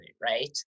right